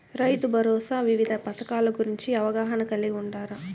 రైతుభరోసా వివిధ పథకాల గురించి అవగాహన కలిగి వుండారా?